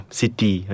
city